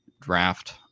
draft